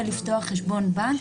מבחינתכם,